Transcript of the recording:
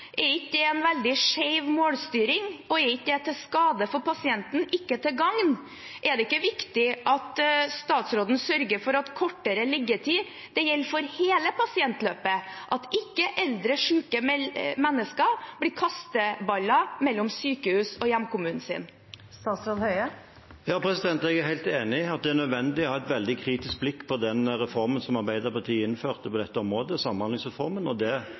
Er ikke det en veldig skjev målstyring, og er ikke det til skade for pasientene, ikke til gagn? Er det ikke viktig at statsråden sørger for at kortere liggetid gjelder for hele pasientløpet, at eldre syke mennesker ikke blir kasteballer mellom sykehus og hjemkommunen sin? Jeg er helt enig i at det er nødvendig å ha et veldig kritisk blikk på den reformen som Arbeiderpartiet innførte på dette området, samhandlingsreformen,